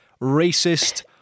racist